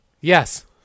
Yes